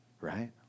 right